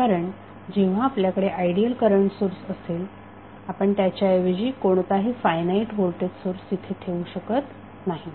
कारण जेव्हा आपल्याकडे आयडियल करंट सोर्स असेल आपण त्याच्या ऐवजी कोणताही फायनाईट व्होल्टेज सोर्स तिथे ठेवू शकत नाही